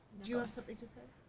you have something to say?